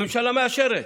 הממשלה מאשרת,